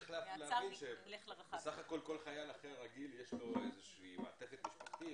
צריך להבין שכל חייל אחר רגיל יש לו איזושהי מעטפת משפחתית,